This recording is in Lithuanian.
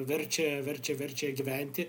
verčia verčia verčia gyventi